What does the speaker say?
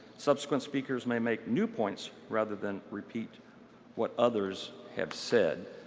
subsequent speakers may make new points rather than repeat what others have said.